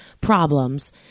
problems